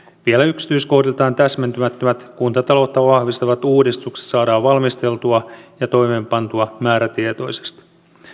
vielä yksityiskohdiltaan täsmentymättömät kuntataloutta vahvistavat uudistukset saadaan valmisteltua ja toimeenpantua määrätietoisesti